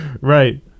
Right